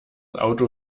auto